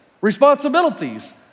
responsibilities